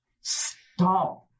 Stop